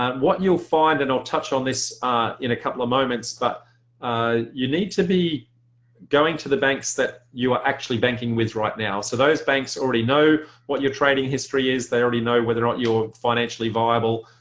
what you'll find and i'll touch on this in a couple of moments but ah you need to be going to the banks that you are actually banking with right now. so those banks already know what your trading history is they already know whether or not you're financially viable,